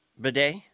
bidet